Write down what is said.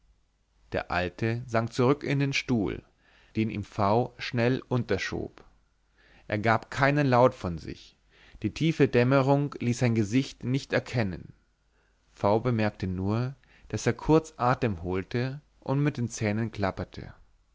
der alte sank zurück in den stuhl den ihm v schnell unterschob er gab keinen laut von sich die tiefe dämmerung ließ sein gesicht nicht erkennen v bemerkte nur daß er kurz atem holte und mit den zähnen klapperte